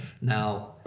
now